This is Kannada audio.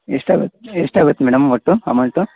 ಎಷ್ಟಾಗುತ್ತೆ ಎಷ್ಟಾಗುತ್ತೆ ಮೇಡಮ್ ಒಟ್ಟು ಅಮೊಂಟು